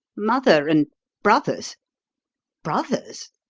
mother and brothers brothers?